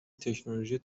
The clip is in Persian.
تکنولوژی